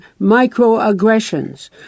microaggressions